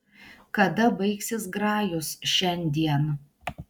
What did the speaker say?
kada baigsis grajus šiandien